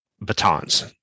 batons